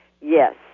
Yes